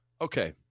Okay